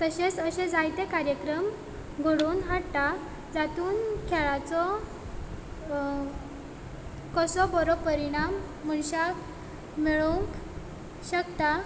तशेंच अशें जायते कार्यक्रम घडोवन हाडटा जातूंत खेळाचो कसो बरो परिणाम मनशाक मेळोवंक शकता